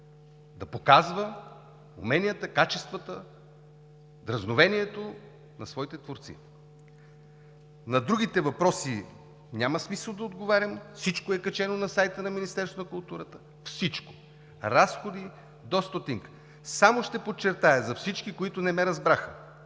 да показва уменията, качествата и дръзновението на своите творци. На другите въпроси няма смисъл да отговарям. Всичко е качено на сайта на Министерството на културата. Всичко – разходи до стотинка. Само ще подчертая за всички, които не ме разбраха,